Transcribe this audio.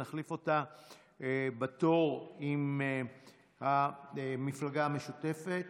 נחליף אותה בתור עם הרשימה המשותפת.